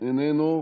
איננו,